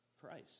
Christ